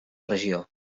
regió